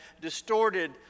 distorted